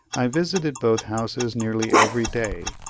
i visited both houses nearly every day,